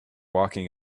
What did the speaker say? walking